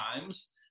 times